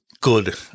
good